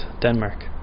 Denmark